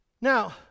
Now